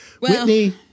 Whitney